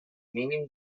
mínim